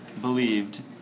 believed